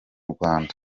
rwanda